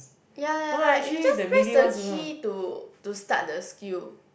ya like like you just press the key to to start the skill